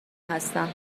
هستم